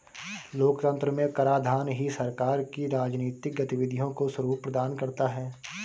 लोकतंत्र में कराधान ही सरकार की राजनीतिक गतिविधियों को स्वरूप प्रदान करता है